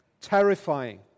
Terrifying